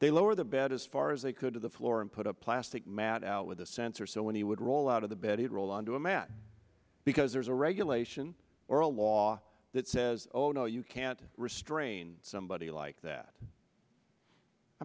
they lower the bed as far as they could to the floor and put a plastic mat out with a sensor so when he would roll out of the bed he'd roll onto a mat because there's a regulation or a law that says oh no you can't restrain somebody like that i